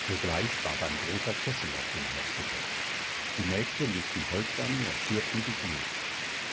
sogleich ward ein großer kessel auf den herd gesetzt die mägde legten holz an und schürten die glut